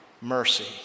Mercy